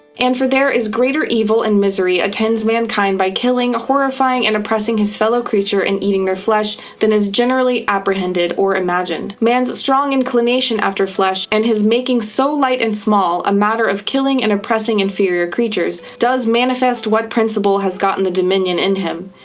and for there is greater evil and misery attends mankind by killing, horrifying and oppressing his fellow creature and eating their flesh, than is generally apprehended or imagined. man's strong inclination after flesh and his making so light and small a matter of killing and oppressing inferior creatures, does manifest what principle has got the dominion in him,